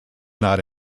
not